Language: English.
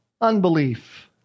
Unbelief